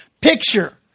picture